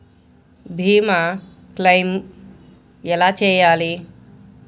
భీమ క్లెయిం ఎలా చేయాలి?